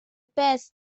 pes